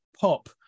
pop